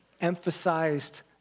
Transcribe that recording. Emphasized